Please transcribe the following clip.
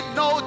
no